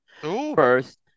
first